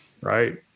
Right